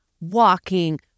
walking